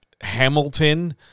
Hamilton